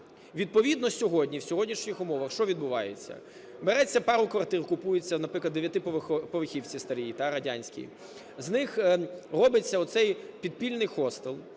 сьогодні в сьогоднішніх умовах, що відбувається? Береться пара квартир, купується, наприклад, у девятиповерхівці старій, да, радянській, з них робиться оцей підпільний хостел,